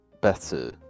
better